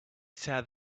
tear